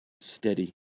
steady